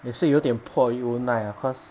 也是有点迫于无奈啦 cause